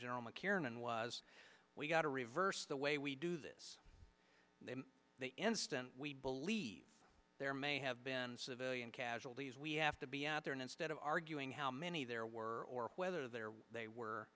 general mckiernan was we got to reverse the way we do this the instant we believe there may have been civilian casualties we have to be out there and instead of arguing how many there were or whether there they were